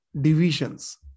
divisions